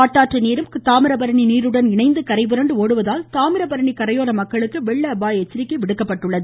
காட்டாற்று நீரும் தாமிரபரணி நீருடன் இணைந்து கரைபுரண்டு ஒடுவதால் தாமிரபரணி கரையோர மக்களுக்கு வெள்ள அபாய எச்சரிக்கை விடுக்கப்பட்டுள்ளது